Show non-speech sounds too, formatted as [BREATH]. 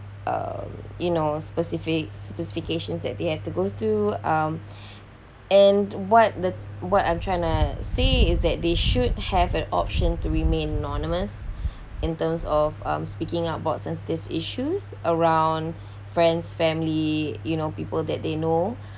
uh you know specific specifications that they have to go through um [BREATH] and what the what I'm trying to say is that they should have an option to remain anonymous in terms of um speaking up about sensitive issues around friends family you know people that they know